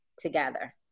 together